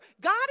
God